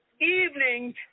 evening